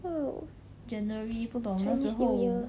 oh chinese new year